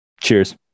cheers